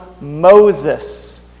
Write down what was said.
Moses